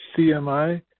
CMI